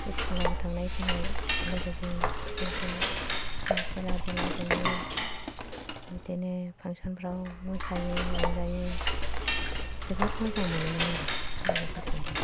इस्कुलाव थांनाय फैनाय लोगोजों ज' ज' बिदिनो खेला दुला गेलेयो बिदिनो फांसनफ्राव मोसायो रंजायो जोबोर मोजां मोनोमोन आरो लोगोफोरजोंबो